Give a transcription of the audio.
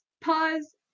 Pause